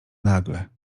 nagle